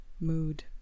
mood